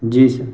جی سر